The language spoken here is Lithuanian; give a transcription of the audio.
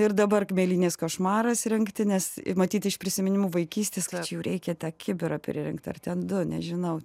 ir dabar mėlynės košmaras rinkti nes matyt iš prisiminimų vaikystės kad jų reikia tą kibirą pririnkt ar ten nežinau